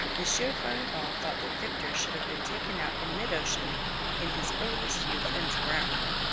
monsieur farival thought that victor should have been taken out in mid-ocean in his earliest youth and drowned.